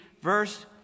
verse